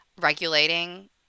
regulating